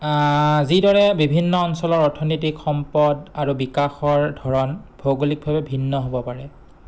যিদৰে বিভিন্ন অঞ্চলৰ অৰ্থনীতিক সম্পদ আৰু বিকাশৰ ধৰণ ভৌগোলিকভাৱে ভিন্ন হ'ব পাৰে